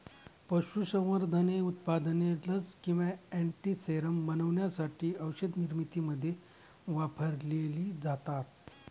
पशुसंवर्धन उत्पादने लस किंवा अँटीसेरम बनवण्यासाठी औषधनिर्मितीमध्ये वापरलेली जातात